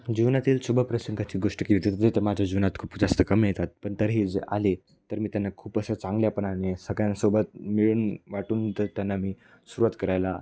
जीवनातील शुभ प्रसंंगाची गोष्ट केली त ते माझ्या जीवनात खूप जास्त कमी येतात पण तरी हे जे आले तर मी त्यांना खूप असं चांगल्यापणाने सगळ्यांसोबत मिळून वाटून तर त्यांना मी सुरुवात करायला